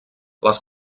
les